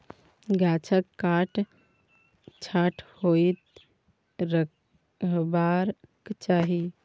गाछक काट छांट होइत रहबाक चाही